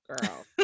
Girl